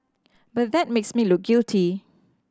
but that makes me look guilty